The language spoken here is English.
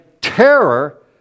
terror